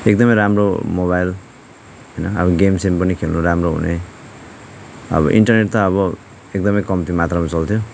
एकदमै राम्रो मोबाइल होइन अब गेमसेम पनि खेल्नु राम्रो हुने अब इन्टरनेट त अब एकदमै कम्ती मात्रामा चल्थ्यो